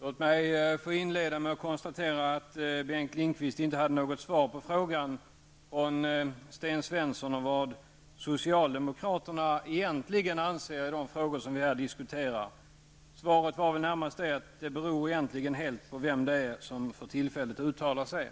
Låt mig inleda med att konstatera att Bengt Lindqvist inte hade något svar på Sten Svenssons fråga om vad socialdemokraterna egentligen anser i de frågor vi här diskuterar. Svaret var väl närmast att det egentligen helt beror på vem det är som för tillfället uttalar sig.